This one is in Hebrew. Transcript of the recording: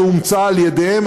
שאומצה על ידיהם,